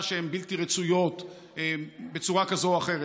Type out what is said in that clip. שהן בלתי רצויות בצורה כזאת או אחרת.